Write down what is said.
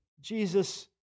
Jesus